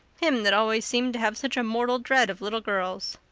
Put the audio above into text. him that always seemed to have such a mortal dread of little girls.